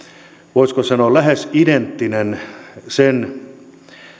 voisiko sanoa lähes identtinen sen